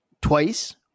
twice